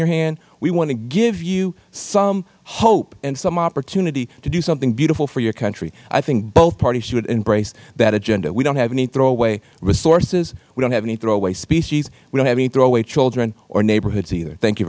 your hand we want to give you some hope and some opportunity to do something beautiful for your country i think both parties should embrace that agenda we don't have any throw away resources we don't have any throw away species we don't have any throw away children or neighborhoods either thank you